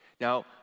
Now